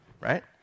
right